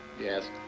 Yes